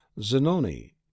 zanoni